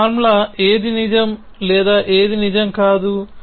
ఈ ఫార్ములా ఏది నిజం లేదా ఏది నిజం కాదు